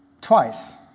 twice